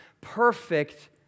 perfect